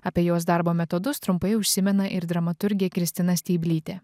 apie jos darbo metodus trumpai užsimena ir dramaturgė kristina steiblytė